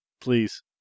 Please